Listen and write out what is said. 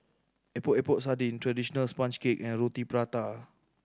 Epok Epok Sardin traditional sponge cake and Roti Prata